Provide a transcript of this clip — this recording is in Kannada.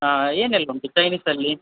ಹಾಂ ಏನೆಲ್ಲ ಉಂಟು ಚೈನೀಸಲ್ಲಿ